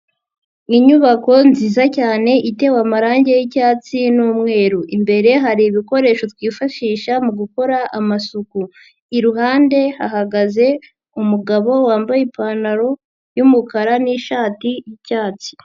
Inyubako nziza cyane itewe amarangi y'icyatsi n'umweru. Imbere hari ibikoresho twifashisha mu gukora amasuku, iruhande hahagaze umugabo wambaye ipantaro y'umukara n'ishati y'icyatsi.